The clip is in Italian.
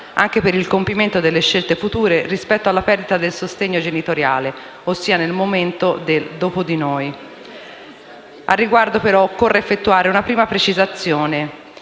anche per il compimento delle scelte future rispetto alla perdita del sostegno genitoriale ossia nel momento del "dopo di noi". Al riguardo, però, occorre effettuare una prima precisazione.